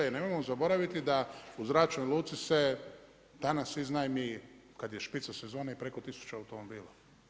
I nemojmo zaboraviti da u zračnoj luci se danas iznajmi kada je špica sezone i preko 1000 automobila.